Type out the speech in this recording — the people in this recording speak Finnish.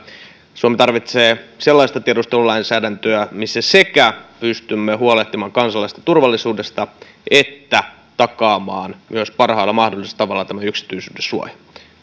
suomi tarvitsee sellaista tiedustelulainsäädäntöä missä pystymme sekä huolehtimaan kansalaisten turvallisuudesta että takaamaan myös parhaalla mahdollisella tavalla yksityisyydensuojan